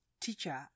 teacher